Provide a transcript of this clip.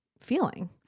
feeling